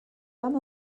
vam